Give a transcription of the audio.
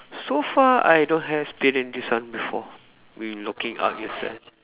so far I don't have experience this one before looking out